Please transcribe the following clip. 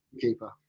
keeper